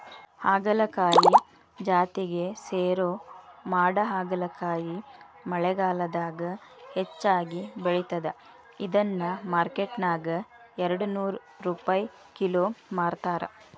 ಹಾಗಲಕಾಯಿ ಜಾತಿಗೆ ಸೇರೋ ಮಾಡಹಾಗಲಕಾಯಿ ಮಳೆಗಾಲದಾಗ ಹೆಚ್ಚಾಗಿ ಬೆಳಿತದ, ಇದನ್ನ ಮಾರ್ಕೆಟ್ನ್ಯಾಗ ಎರಡನೂರ್ ರುಪೈ ಕಿಲೋ ಮಾರ್ತಾರ